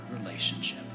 relationship